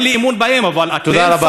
אבל אתם, שרים, לא מביעים בהם אמון?